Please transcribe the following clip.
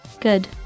Good